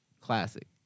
Classic